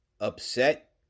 Upset